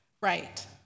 right